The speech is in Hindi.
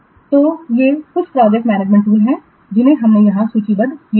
तो ये कुछ प्रोजेक्ट मैनेजमेंट टूल हैं जिन्हें हमने यहां सूचीबद्ध किया है